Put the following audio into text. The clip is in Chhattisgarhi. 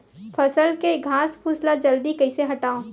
फसल के घासफुस ल जल्दी कइसे हटाव?